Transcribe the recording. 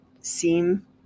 seem